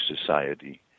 society